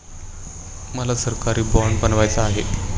मला सरकारी बाँड बनवायचा आहे